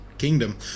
kingdom